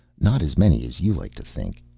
not as many as you like to think.